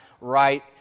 right